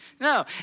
No